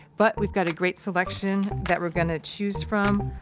but we've got a great selection that we're gonna choose from,